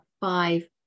five